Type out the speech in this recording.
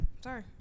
Sorry